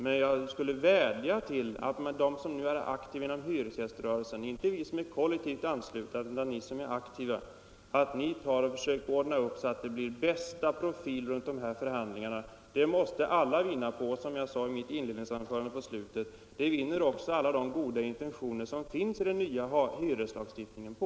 Men jag vill vädja till dem som är aktiva inom hyresgäströrelsen — inte till dem som är kollektivt anslutna utan till dem som är riktiga medlemmar — att försöka ordna så att det blir bästa möjliga profil på de här förhandlingarna. Det måste alla vinna på och, som jag sade i slutet av mitt inledningsanförande, det vinner också alla de goda intentioner som finns i den nya hyreslagstiftningen på.